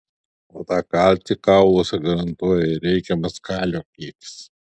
o tą kalcį kauluose garantuoja reikiamas kalio kiekis